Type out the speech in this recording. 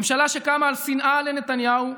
ממשלה שקמה על שנאה לנתניהו,